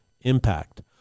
impact